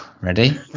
ready